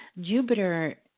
Jupiter